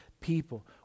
people